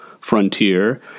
frontier